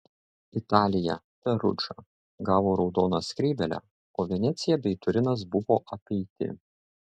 italija perudža gavo raudoną skrybėlę o venecija bei turinas buvo apeiti